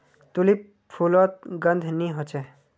tulip फुलोत गंध नि होछे